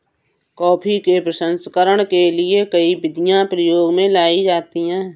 coffee के प्रसंस्करण के लिए कई विधियां प्रयोग में लाई जाती हैं